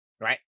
Right